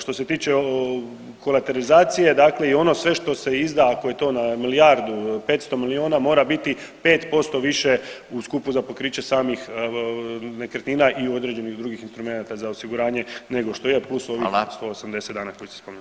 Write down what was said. Što se tiče koraterizacije dakle i ono sve što se izda ako je to na milijardu, 500 milijuna, mora biti 5% više u skupu za pokriće samih nekretnina i određenih drugih instrumenata za osiguranje nego što je plus ovih 180 dana koje ste spominjali.